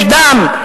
יש דם,